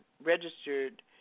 registered